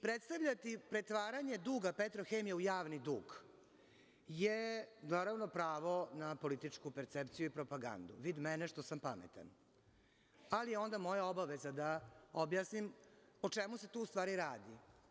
Predstavljati pretvaranje duga Petrohemije u javni dug je, naravno, pravo na političku percepciju i propagandu, vid, mene što sam pametan, ali je onda moja obaveza da objasnim o čemu se tu u stvari radi.